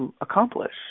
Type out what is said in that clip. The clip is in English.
accomplish